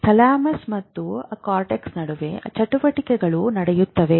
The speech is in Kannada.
ಥಾಲಮಸ್ ಮತ್ತು ಕಾರ್ಟೆಕ್ಸ್ ನಡುವೆ ಚಟುವಟಿಕೆಗಳು ನಡೆಯುತ್ತವೆ